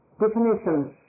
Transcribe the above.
definitions